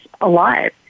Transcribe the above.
alive